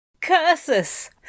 Curses